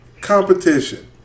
competition